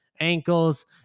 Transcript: ankles